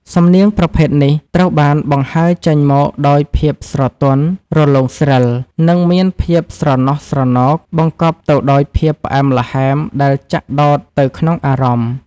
សំនៀងប្រភេទនេះត្រូវបានបង្ហើរចេញមកដោយភាពស្រទន់ រលោងស្រិល និងមានភាពស្រណោះស្រណោក បង្កប់ទៅដោយភាពផ្អែមល្ហែមដែលចាក់ដោតទៅក្នុងអារម្មណ៍។